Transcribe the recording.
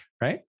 right